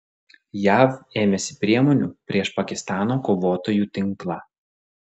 jav ėmėsi priemonių prieš pakistano kovotojų tinklą